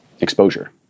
exposure